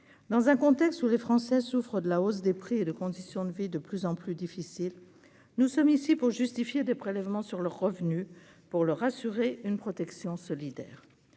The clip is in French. dans un contexte où les Français souffrent de la hausse des prix et de conditions de vie de plus en plus difficile, nous sommes ici pour justifier des prélèvements sur le revenu pour leur assurer une protection solidaire,